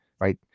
right